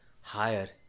higher